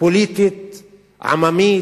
פוליטית עממית,